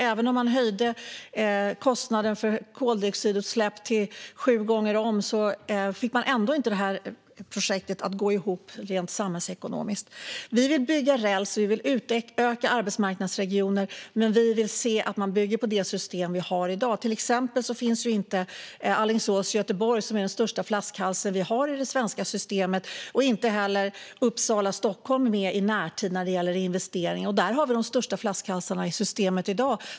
Även om man höjde kostnaden för koldioxidutsläpp sju gånger om skulle man inte få det här projektet att gå ihop rent samhällsekonomiskt. Vi vill bygga räls, och vi vill utöka arbetsmarknadsregionerna. Vi vill dock se att man bygger på det system som finns i dag. Till exempel finns ju varken Alingsås-Göteborg, som är den största flaskhalsen i det svenska systemet, eller Uppsala-Stockholm med i närtid när det gäller investeringar. Detta är de största flaskhalsarna i systemet i dag.